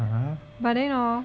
but then hor